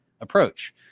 approach